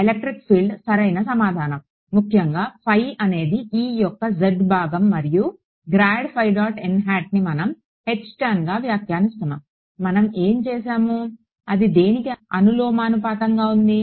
electric field సరైన సమాధానం ముఖ్యంగా అనేది E యొక్క z భాగం మరియు ని మనం Htanగా వ్యాఖ్యానించాము మనం ఏమి చేసాము అది దేనికి అనులోమానుపాతంలో ఉంది